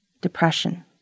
Depression